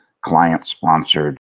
client-sponsored